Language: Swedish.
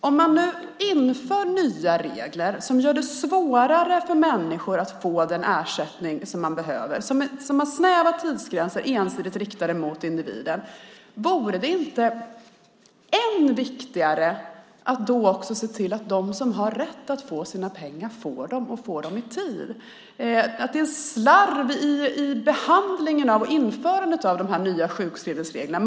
Om man inför nya regler som gör det svårare för människor att få den ersättning som de behöver, som har snäva tidsgränser och är ensidigt riktade mot individen, vore det inte än viktigare att då se till att de som har rätt att få sina pengar får dem och får dem i tid? Det är slarv i behandlingen av och införandet av de nya sjukskrivningsreglerna.